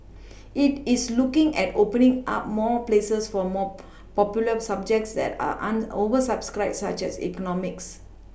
it is looking at opening up more places for more popular subjects that are un oversubscribed such as economics